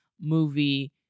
movie